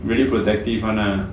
really productive [one] lah